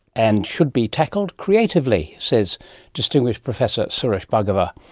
and should be tackled creatively, says distinguished professor suresh bhargava.